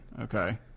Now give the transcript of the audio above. Okay